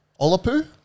Olapu